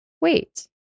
wait